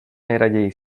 nejraději